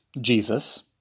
Jesus